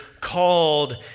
called